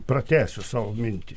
pratęsiu savo mintį